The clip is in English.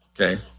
Okay